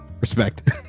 respect